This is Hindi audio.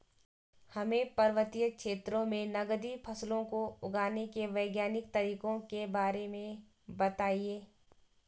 हमें पर्वतीय क्षेत्रों में नगदी फसलों को उगाने के वैज्ञानिक तरीकों के बारे में बताइये?